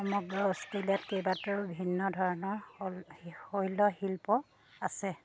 সমগ্ৰ অষ্ট্ৰেলিয়াত কেইবাটাও ভিন্ন ধৰণৰ শৈল শিল্প আছে